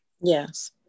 Yes